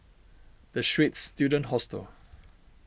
the Straits Students Hostel